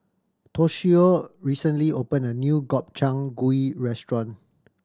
Toshio recently opened a new Gobchang Gui Restaurant